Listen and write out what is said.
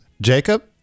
Jacob